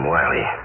Wiley